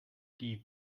die